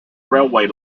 railway